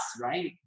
right